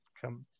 come